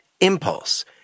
impulse